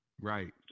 right